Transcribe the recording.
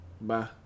Bye